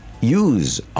use